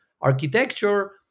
architecture